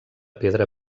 pedra